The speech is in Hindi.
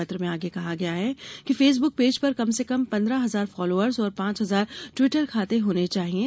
पत्र में आगे कहा गया है कि फेसबुक पेज पर कम से कम पन्द्रह हजार फलोअर्स और पांच हजार ट्वीटर खाते होना चाहिये